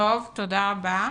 תודה רבה.